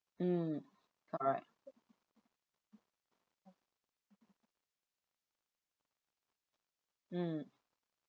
mm correct mm